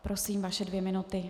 Prosím, vaše dvě minuty.